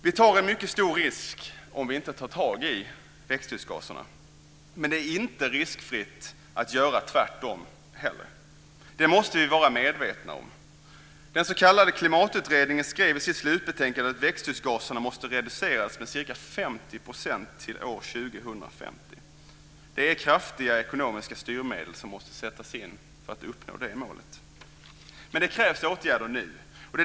Vi tar en mycket stor risk om vi inte gör något åt växthusgaserna, men det är inte riskfritt att göra tvärtom heller. Det måste vi vara medvetna om. Den s.k. klimatutredningen skrev i sitt slutbetänkande att växthusgaserna måste reduceras med ca 50 % till år 2050. Det måste sättas in kraftiga ekonomiska styrmedel för att uppnå det målet. Men det krävs åtgärder nu.